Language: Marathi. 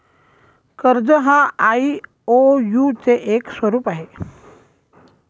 कर्ज हा आई.ओ.यु चे एक स्वरूप आहे